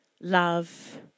love